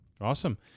awesome